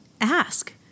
ask